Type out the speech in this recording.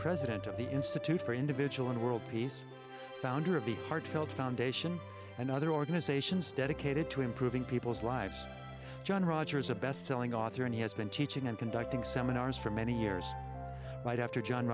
president of the institute for individual and world peace founder of the heartfelt foundation and other organizations dedicated to improving people's lives john rogers a bestselling author and he has been teaching and conducting seminars for many years right after john